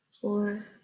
four